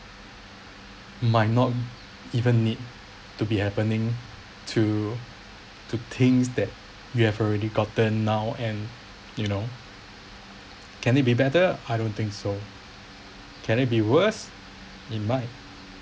might not even need to be happening to to things that you have already gotten now and you know can it be better I don't think so can it be worse it might